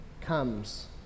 comes